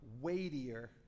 weightier